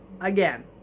again